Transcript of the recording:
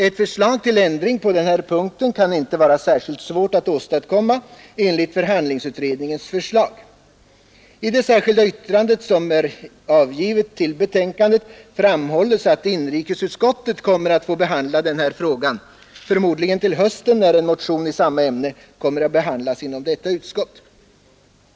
Ett förslag till ändring på den här punkten kan inte vara särskilt svårt att åstadkomma enligt förhandlingsutredningens förslag. I det särskilda yttrande som är avgivet till betänkandet framhålles att inrikesutskottet kommer att få behandla den här frågan, förmodligen till hösten, med anledning av en motion i samma ämne vilken remitterats till detta utskott.